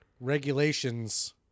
regulations